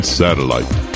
satellite